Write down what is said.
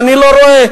אבל אני לא רואה,